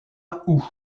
août